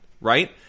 Right